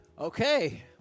Okay